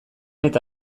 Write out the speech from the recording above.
eta